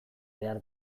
behar